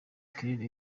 claire